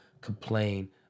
complain